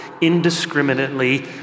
indiscriminately